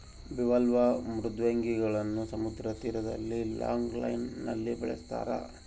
bivalve ಮೃದ್ವಂಗಿಗಳನ್ನು ಸಮುದ್ರ ತೀರದಲ್ಲಿ ಲಾಂಗ್ ಲೈನ್ ನಲ್ಲಿ ಬೆಳಸ್ತರ